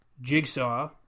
Jigsaw